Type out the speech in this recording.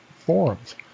forums